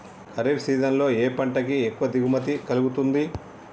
Kharif season లో ఏ పంట కి ఎక్కువ దిగుమతి కలుగుతుంది?